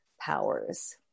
powers